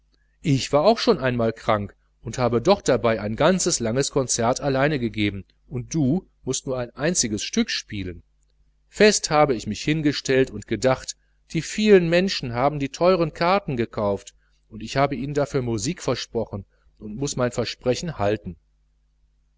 ich war auch schon einmal krank und habe doch dabei ein ganzes langes konzert allein gegeben und du mußt nur ein einziges stück spielen fest habe ich mich hingestellt und gedacht die vielen menschen haben die teuern karten gekauft und ich habe ihnen dafür musik versprochen und muß mein versprechen halten